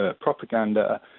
propaganda